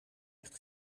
echt